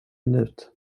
minut